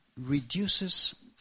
reduces